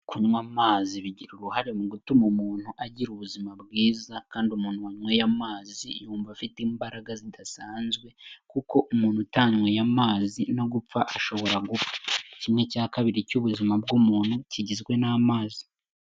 Kunywa amazi bigira uruhare mu gutuma umuntu agira ubuzima bwiza kandi umuntu wanyweye amazi yumva afite imbaraga zidasanzwe kuko umuntu utanyweye amazi no gupfa ashobora gupfa. Kimwe cya kabiri cy'ubuzima bw'umuntu kigizwe n'amazi.